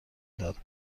داد